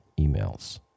emails